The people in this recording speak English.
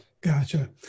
Gotcha